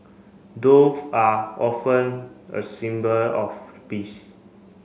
dove are often a symbol of peace